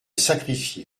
sacrifié